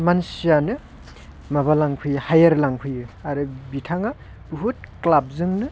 मानसियानो माबा लांफैयो हायार लांफैयो आरो बिथाङा बुहुत क्लाबजोंनो